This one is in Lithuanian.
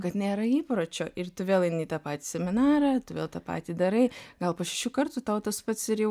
kad nėra įpročio ir tu vėl eini į tą patį seminarą vėl tą patį darai gal po šešių kartų tau tas pats ir jau